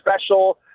special